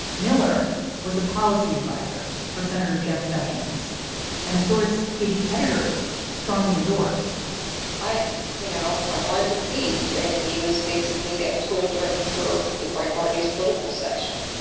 miller was a policy adviser for senator jeff sessions and a source. katie's editors strongly endorsed i you know, i want to please. and he was basically the editorial director for the bright bart news political section.